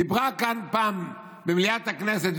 דיברה כאן פעם במליאת הכנסת,